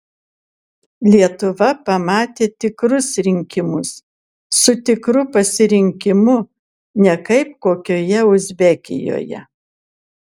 lietuva pamatė tikrus rinkimus su tikru pasirinkimu ne kaip kokioje uzbekijoje